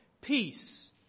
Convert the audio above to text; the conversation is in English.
Peace